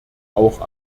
auch